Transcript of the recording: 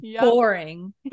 boring